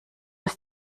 ist